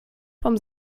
vom